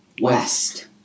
West